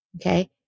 Okay